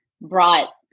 brought